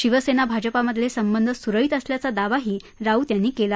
शिवसेना भाजपामधले संबध सुरळीत असल्याचा दावाही राऊत यांनी केला